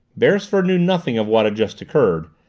beresford knew nothing of what had just occurred,